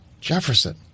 Jefferson